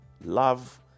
Love